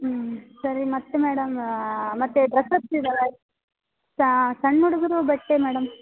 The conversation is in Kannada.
ಹ್ಞೂ ಸರಿ ಮತ್ತು ಮೇಡಮ್ ಮತ್ತು ಡ್ರಸ್ಸಸ್ ಇದಾವೆ ಸಣ್ಣ ಹುಡುಗ್ರ ಬಟ್ಟೆ ಮೇಡಮ್